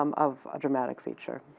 um of a dramatic feature.